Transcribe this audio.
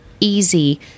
easy